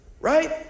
right